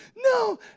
No